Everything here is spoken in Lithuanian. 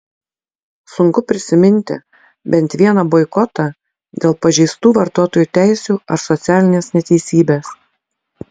sunku prisiminti bent vieną boikotą dėl pažeistų vartotojų teisių ar socialinės neteisybės